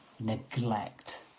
neglect